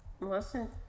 listen